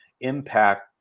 impact